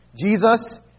Jesus